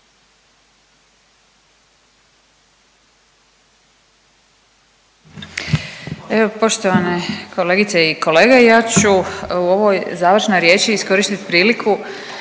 Poštovane kolegice i kolege. Ja ću u ovoj završnoj riječi iskoristiti priliku,